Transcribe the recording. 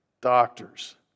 doctors